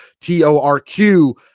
T-O-R-Q